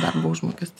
darbo užmokestis